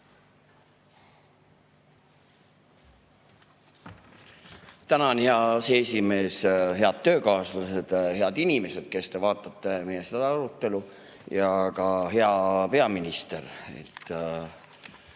Tänan, hea aseesimees! Head töökaaslased! Head inimesed, kes te vaatate meie arutelu, ja ka hea peaminister!